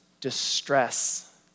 distress